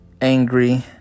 angry